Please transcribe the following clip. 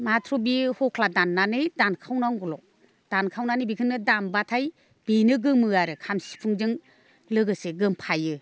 माथ्र' बे हख्ला दाननानै दानखावनांगौल' दानखावनानै बेखौनो दामबाथाय बेनो गोमो आरो खाम सिफुंजों लोगोसे गोमफायो